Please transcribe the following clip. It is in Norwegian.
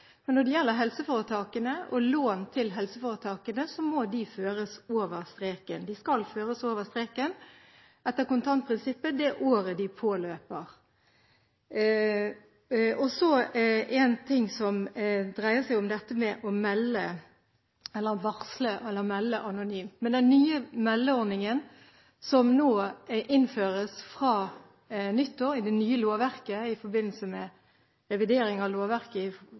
Men når det gjelder helseforetakene og lån til disse, må de føres over streken. De skal føres over streken etter kontantprinsippet det året de påløper. Så en ting som dreier seg om det å melde anonymt. Med den nye meldeordningen som innføres i det nye lovverket fra nyttår i forbindelse med revidering av lovverket for Samhandlingsreformen, og også endringer i